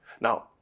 Now